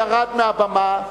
שר הביטחון ירד מהבמה,